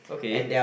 okay